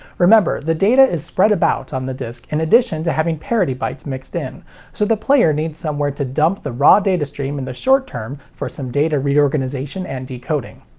remember, the data is spread about on the disc in addition to having parity bytes mixed in, so the player needs somewhere to dump the raw datastream in the short term for some data reorganization and decoding.